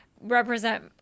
represent